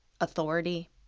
Authority